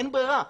אין ברירה,